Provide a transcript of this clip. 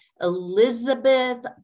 Elizabeth